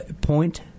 Point